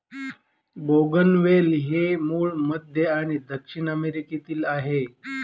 बोगनवेल हे मूळ मध्य आणि दक्षिण अमेरिकेतील आहे